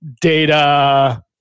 data